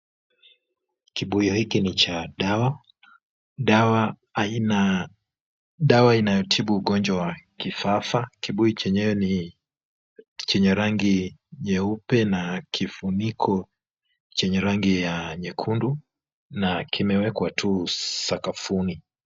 Kibuyu hiki ni cha dawa, dawa aina, dawa inayotibu ugonjwa wa kifafa, kibuyu chenyewe ni chenye rangi nyeupe na kifuniko chenye rangi ya nyekundu na kimewekwa tu sakafuni.